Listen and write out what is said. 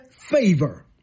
favor